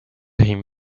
him